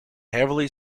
heavily